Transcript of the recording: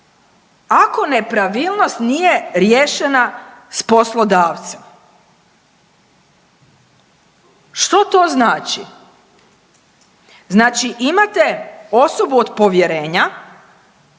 ako nepravilnost nije riješena s poslodavcem.“ Što to znači? Znači imate osobu od povjerenja